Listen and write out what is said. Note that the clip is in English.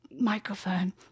microphone